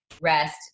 rest